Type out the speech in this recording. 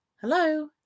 hello